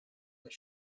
that